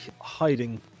hiding